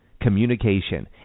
communication